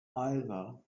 either